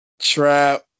Trap